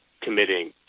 committing